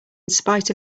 spite